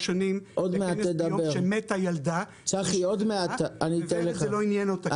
שנים ביום שמתה ילדה אבל זה לא עניין אותה.